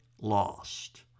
lost